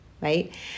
right